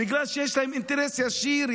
בגלל שיש להן אינטרס ישיר.